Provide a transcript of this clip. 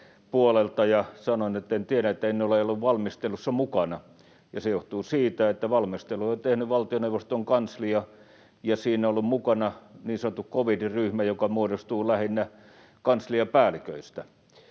ja sanoin, etten tiedä, että en ole ollut valmistelussa mukana. Se johtuu siitä, että valmisteluja on tehnyt valtioneuvoston kanslia ja siinä on ollut mukana niin sanottu covid-ryhmä, joka muodostuu lähinnä kansliapäälliköistä.